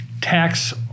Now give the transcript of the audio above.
tax